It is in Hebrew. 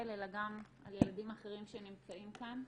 אלא גם על ילדים אחרים שנמצאים כאן.